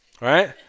right